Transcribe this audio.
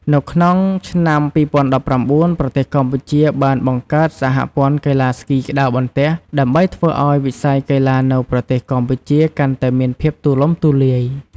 នៅក្នុងឆ្នាំ ២០១៩ ប្រទេសកម្ពុជាបានបង្កើតសហព័ន្ធកីឡាស្គីក្ដារបន្ទះ ដើម្បីធ្វើឱ្យវិស័យកីឡានៅប្រទេសកម្ពុជាកាន់តែមានភាពទូលំទូលាយ។